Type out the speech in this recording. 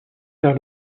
vers